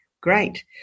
great